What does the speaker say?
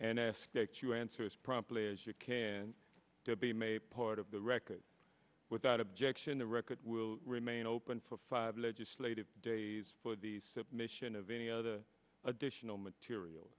and aspects you answer is promptly as you can be made part of the record without objection the record will remain open for five legislative days for the submission of any other additional material